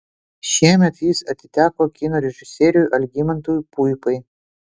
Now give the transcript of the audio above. šiemet jis atiteko kino režisieriui algimantui puipai